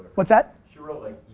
what's that? she wrote like